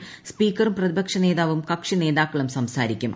്സ്പീക്കറും പ്രതിപക്ഷ നേതാവും കക്ഷി നേതാക്കളും സംസാരിക്കും